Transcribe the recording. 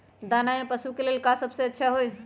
दाना में पशु के ले का सबसे अच्छा होई?